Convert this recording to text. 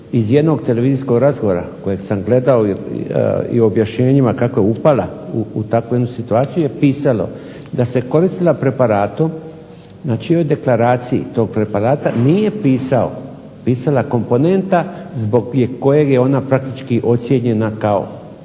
iz jednog televizijskog razgovora kojeg sam gledao i objašnjenjima kako je upala u takvu jednu situaciju je pisalo da se koristila preparatom na čijoj deklaraciji tog preparata nije pisala komponenta zbog kojeg je ona praktički ocijenjena kao